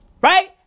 Right